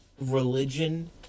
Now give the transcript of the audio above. religion